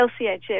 LCHF